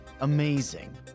amazing